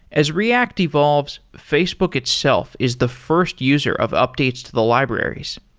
as react evolves, facebook itself is the first user of updates to the libraries.